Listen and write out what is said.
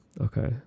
Okay